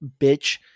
bitch